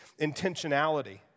intentionality